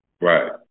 Right